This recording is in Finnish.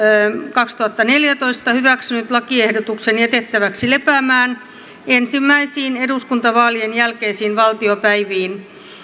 kaksituhattaneljätoista hyväksynyt lakiehdotuksen jätettäväksi lepäämään ensimmäisiin eduskuntavaalien jälkeisiin valtiopäiviin